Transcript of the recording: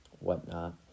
whatnot